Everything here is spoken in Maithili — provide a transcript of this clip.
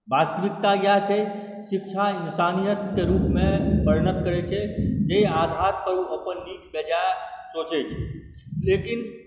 वास्तविकता इएह छै शिक्षा इन्सानियतके रूपमे परिणत करैत छै जे आधारपर ओ अपन नीक बेजाए सोचैत छै लेकिन